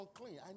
unclean